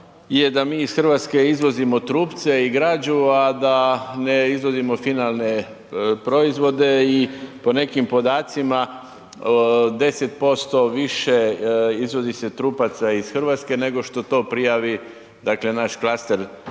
je da mi iz Hrvatske izvozimo trupce i građu a da ne izvozimo finalne proizvode i po nekim podacima, 10% više izvozi se trupaca iz Hrvatske nego što to prijavi dakle naš klaster